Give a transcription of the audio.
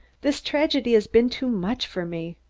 this tragedy has been too much for me.